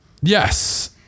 Yes